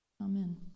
Amen